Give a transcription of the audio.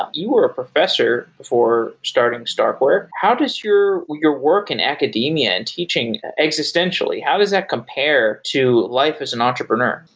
you are professor for starting starkware, how does your your work in academia teaching existentially? how does that compare to life as an entrepreneur?